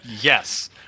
Yes